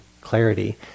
clarity